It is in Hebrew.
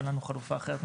אין לנו חלופה אחרת.